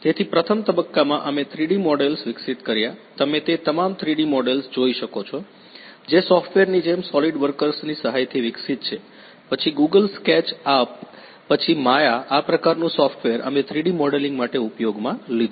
તેથી પ્રથમ તબક્કામાં અમે 3 ડી મોડેલ્સ વિકસિત કર્યા તમે તે તમામ 3D મોડેલ્સ જોઈ શકો છો જે સોફ્ટવેરની જેમ સોલીડ વર્ક્સની સહાયથી વિકસિત છે પછી ગૂગલ સ્કેચ અપ પછી માયા આ પ્રકારનું સોફ્ટવેર અમે 3 ડી મોડેલિંગ માટે ઉપયોગમાં લીધું છે